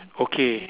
okay